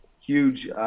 huge